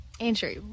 Andrew